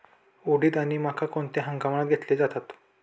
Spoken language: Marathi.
उडीद आणि मका कोणत्या हंगामात घेतले जातात?